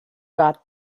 got